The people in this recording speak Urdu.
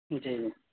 جی جی